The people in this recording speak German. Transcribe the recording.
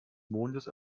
mondes